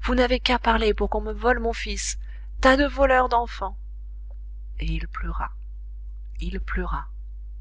vous n'avez qu'à parler pour qu'on me vole mon fils tas de voleurs d'enfants et il pleura il pleura